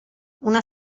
una